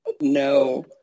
No